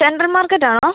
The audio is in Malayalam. സെൻട്രൽ മാർക്കറ്റാണോ